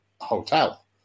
hotel